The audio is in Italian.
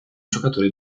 giocatore